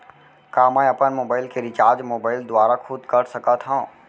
का मैं अपन मोबाइल के रिचार्ज मोबाइल दुवारा खुद कर सकत हव?